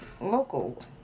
local